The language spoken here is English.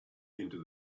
into